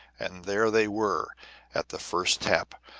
and there they were at the first tap,